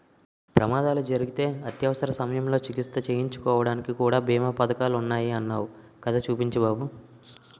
ప్రమాదాలు జరిగితే అత్యవసర సమయంలో చికిత్స చేయించుకోడానికి కూడా బీమా పదకాలున్నాయ్ అన్నావ్ కదా చూపించు బాబు